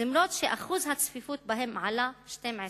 אף-על-פי שאחוז הצפיפות בהן עלה 12 פעם.